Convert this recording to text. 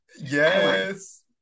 Yes